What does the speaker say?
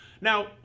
Now